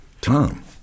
Tom